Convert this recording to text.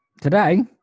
Today